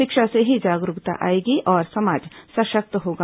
शिक्षा से ही जागरूकता आएगी और समाज सशक्त होगा